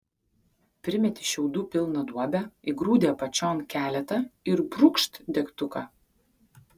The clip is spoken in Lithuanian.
primeti šiaudų pilną duobę įgrūdi apačion keletą ir brūkšt degtuką